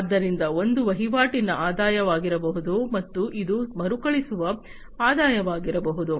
ಆದ್ದರಿಂದ ಒಂದು ವಹಿವಾಟಿನ ಆದಾಯವಾಗಿರಬಹುದು ಮತ್ತು ಇದು ಮರುಕಳಿಸುವ ಆದಾಯವಾಗಿರಬಹುದು